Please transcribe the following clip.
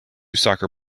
soccer